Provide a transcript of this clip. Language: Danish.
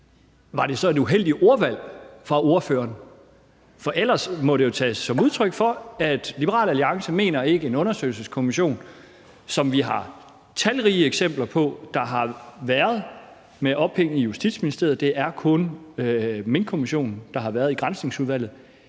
Var det så et uheldigt ordvalg fra ordførerens side? For ellers må det jo tages som et udtryk for, at Liberal Alliance ikke mener, at en undersøgelseskommission, som vi har haft talrige af med forankring i Justitsministeriet – det er kun Minkkommissionen, der har været forankret i Granskningsudvalget